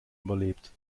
überlebt